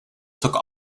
took